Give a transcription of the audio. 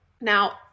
Now